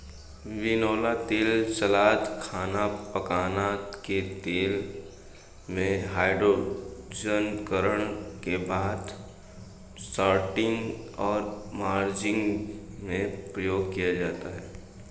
बिनौला तेल सलाद, खाना पकाने के तेल में, हाइड्रोजनीकरण के बाद शॉर्टनिंग और मार्जरीन में प्रयोग किया जाता है